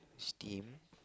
steam